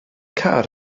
car